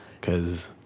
Cause